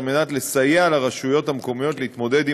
כדי לסייע לרשויות המקומיות להתמודד עם